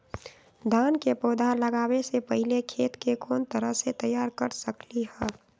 धान के पौधा लगाबे से पहिले खेत के कोन तरह से तैयार कर सकली ह?